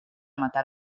matar